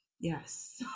Yes